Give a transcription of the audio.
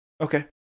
Okay